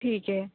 ٹھیک ہے